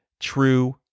true